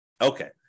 Okay